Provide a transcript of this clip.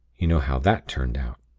you know how that turned out.